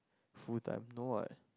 full time no what